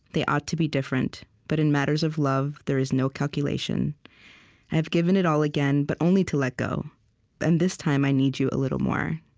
they ought to be different but in matters of love, there is no calculation i have given it all again, but only to let go and this time i need you a little more.